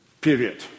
Period